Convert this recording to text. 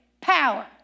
power